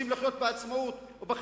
יש שם בני-אדם שרוצים לחיות בעצמאות ובחירות